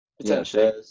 Potentially